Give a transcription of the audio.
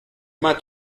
main